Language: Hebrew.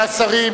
צלצלתם.